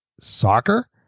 Soccer